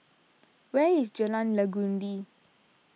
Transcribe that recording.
where is Jalan Legundi